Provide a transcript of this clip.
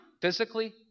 physically